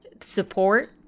support